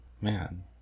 Man